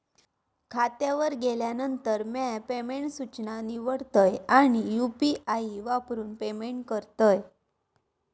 खात्यावर गेल्यानंतर, म्या पेमेंट सूचना निवडतय आणि यू.पी.आई वापरून पेमेंट करतय